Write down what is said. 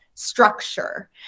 Structure